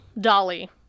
Dolly